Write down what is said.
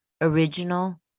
original